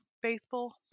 faithful